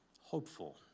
hopeful